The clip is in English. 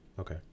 Okay